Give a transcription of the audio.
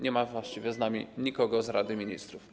Nie ma właściwie z nami nikogo z Rady Ministrów.